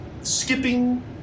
skipping